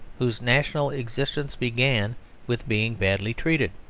whose national existence began with being badly treated.